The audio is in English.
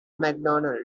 macdonald